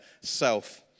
self